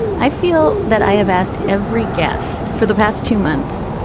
i feel that i have asked every guest for the past two months.